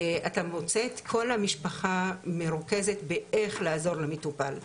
אתה מוצא את כל המשפחה מרוכזת באיך לעזור למטופל.